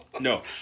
no